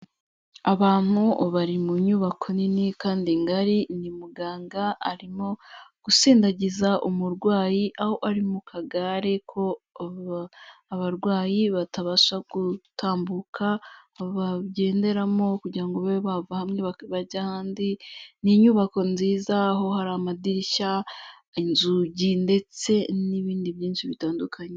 Abantu bari mu nyubako nini kandi ngari, ni muganga arimo gusindagiza umurwayi aho ari mu kagare ko abarwayi batabasha gutambuka bagenderamo, kugira ngo babe bava hamwe bajye ahandi n'inyubako nziza aho hari amadirishya, inzugi, ndetse n'ibindi byinshi bitandukanye.